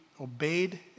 obeyed